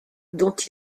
dont